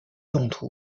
用途